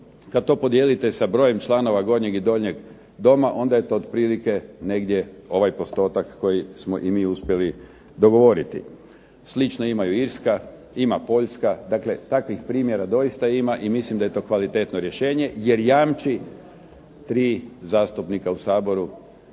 Kada to podijelite sa brojem članova Gornjeg i Donjeg doma, onda je to otprilike negdje ovaj postotak koji smo i mi uspjeli dogovoriti. Slično imaju Irska, ima i Poljska. Dakle, takvih primjera doista ima i mislim da je to kvalitetno rješenje, jer jamči 3 zastupnika u Saboru